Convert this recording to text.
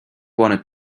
want